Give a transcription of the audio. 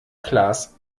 klaas